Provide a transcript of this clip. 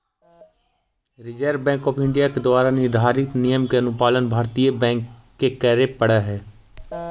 reserve Bank of India के द्वारा निर्धारित नियम के अनुपालन भारतीय बैंक के करे पड़ऽ हइ